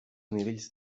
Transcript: nivells